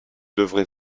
devrez